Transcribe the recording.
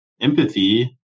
empathy